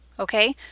Okay